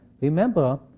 Remember